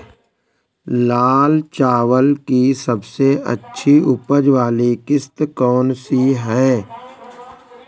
लाल चावल की सबसे अच्छी उपज वाली किश्त कौन सी है?